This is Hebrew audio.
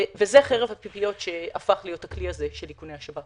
וזה חרב הפיפיות שהפך להיות הכלי הזה של איכוני השב"כ.